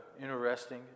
interesting